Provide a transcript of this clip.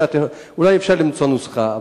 אולי אפשר למצוא נוסחה,